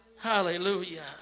Hallelujah